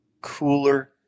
cooler